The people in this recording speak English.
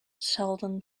sheldon